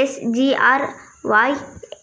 SGRY